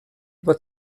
über